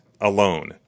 alone